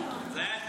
זה היה אתמול.